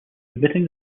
admitting